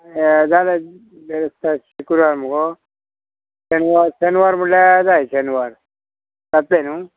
जाल्यार बेस्तार शुक्रार मुगो शेनवार शेनवार म्हळ्यार जाय शेनवार जातलें न्हू